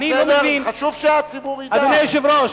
אדוני היושב-ראש,